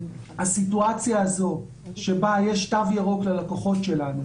הסיטואציה הזאת בה יש תו ירוק ללקוחות שלנו